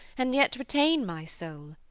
and yet retain my soul.